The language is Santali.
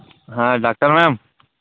ᱦᱮᱸ ᱰᱟᱠᱛᱟᱨ ᱢᱮᱢ